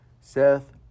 Seth